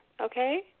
okay